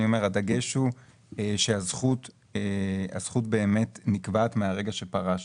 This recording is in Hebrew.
אומר שהדגש הוא שהזכות באמת נקבעת מהרגע שפרשת.